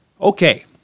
Okay